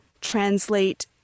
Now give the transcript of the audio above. translate